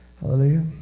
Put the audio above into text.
Hallelujah